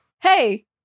hey